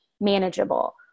manageable